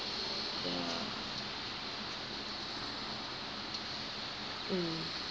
mm